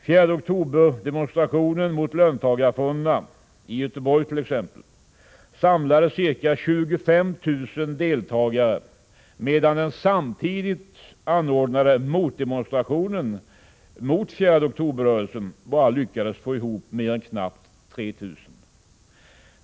4 oktober-demonstrationen mot löntagarfonderna i Göteborg samlade ca 25 000 deltagare, medan den samtidigt anordnade motdemonstrationen mot 4 oktober-rörelsen bara lyckades få ihop knappt 3 000.